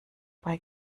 bei